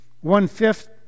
One-fifth